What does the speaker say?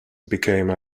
became